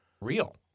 real